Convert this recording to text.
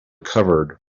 covered